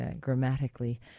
grammatically